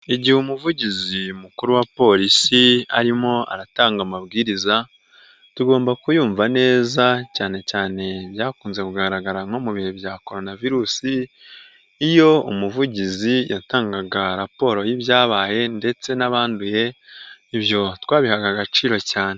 Igihe umuvugizi mukuru wa polisi arimo aratanga amabwiriza, tugomba kuyumva neza cyane cyane byakunze kugaragara nko mu bihe bya Korona virusi iyo umuvugizi yatangaga raporo y'ibyabaye ndetse n'abanduye, ibyo twabihaga agaciro cyane.